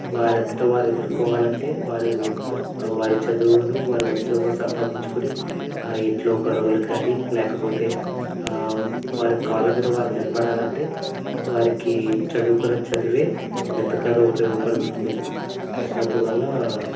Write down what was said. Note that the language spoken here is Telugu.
వారి అంతటా వారి ఎదుర్కోవాలంటే వారు వారి చదువులు వారు ఉద్యోగ సంపాదించుకొని ఆ ఇంట్లో గొడవలు కానీ లేకపోతే వారి కాళ్ళమీద వారు నిలబడాలంటే వారికి చదువుకునే చదివే ఎంతగానో ఉపయోగపడుతుంది అందువల్ల